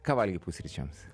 ką valgei pusryčiams